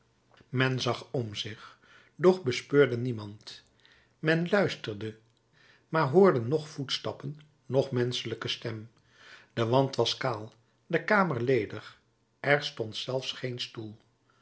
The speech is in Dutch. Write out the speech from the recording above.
men zag om zich doch bespeurde niemand men luisterde maar hoorde noch voetstappen noch menschelijke stem de wand was kaal de kamer ledig er stond zelfs geen stoel